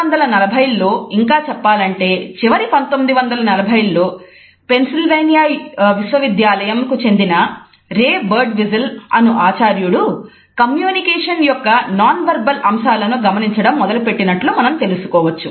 1940s లో ఇంకా చెప్పాలంటే చివరి 1940s లోపెన్సిల్వేనియా విశ్వవిద్యాలయం కు చెందిన రే బర్డ్విస్టల్ అను ఆచార్యుడు కమ్యూనికేషన్ యొక్క నాన్ వెర్బల్ అంశాలను గమనించడం మొదలుపెట్టినట్టు మనం తెలుసుకోవచ్చు